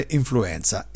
influenza